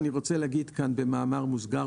אני רוצה להגיד כאן במאמר מוסגר,